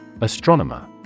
Astronomer